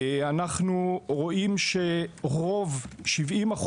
אנחנו רואים שרוב, 70%,